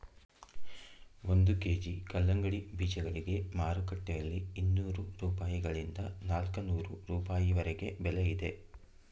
ಒಂದು ಕೆ.ಜಿ ಕಲ್ಲಂಗಡಿ ಬೀಜಗಳಿಗೆ ಮಾರುಕಟ್ಟೆಯಲ್ಲಿ ಇನ್ನೂರು ರೂಪಾಯಿಗಳಿಂದ ನಾಲ್ಕನೂರು ರೂಪಾಯಿವರೆಗೆ ಬೆಲೆ ಇದೆ